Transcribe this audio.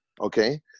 Okay